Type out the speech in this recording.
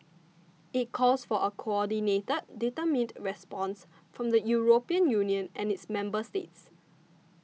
it calls for a coordinated determined response from the European Union and its member states